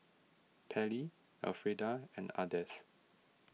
Pairlee Elfreda and Ardeth